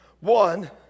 One